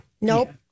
Nope